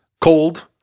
Cold